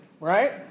right